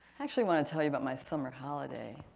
actually wanna tell you about my summer holiday.